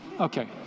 okay